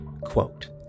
Quote